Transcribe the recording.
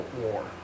War